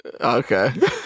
Okay